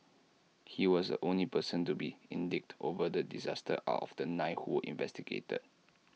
he was the only person to be indicted over the disaster out of the nine who were investigated